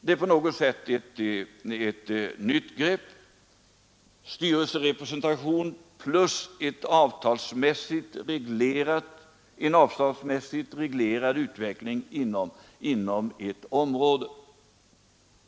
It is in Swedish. Det är på något sätt ett nytt grepp: styrelserepresentation plus en avtalsmässigt reglerad utveckling inom ett område.